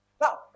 Now